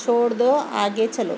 چھوڑ دو آگے چلو